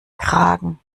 kragen